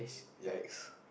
yikes